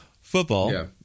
football